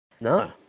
No